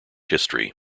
history